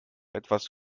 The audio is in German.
etwas